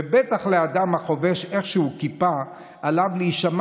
ובטח אדם החובש איכשהו כיפה עליו להישמע